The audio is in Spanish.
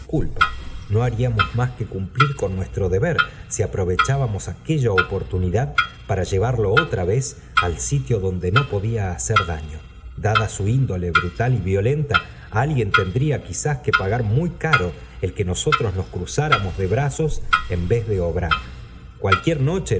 no haríamos más que cumplir con nuestro deber si aprovechábamos aquella oportunidad para llevarlo otra vez al sitio donde no podía hacer daño dada su índole brutal y violenta alguien tendría quizá que pagar muy caro el que nosotros noe cruzáramos de brazos en vez de obrar cualquier